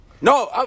No